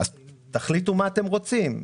אז תחליטו מה אתם רוצים?